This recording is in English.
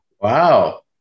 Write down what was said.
Wow